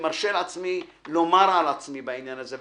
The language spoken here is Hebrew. שותף אני מרשה לעצמי לומר על עצמי בעניין הזה,